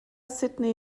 sydney